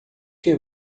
que